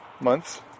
months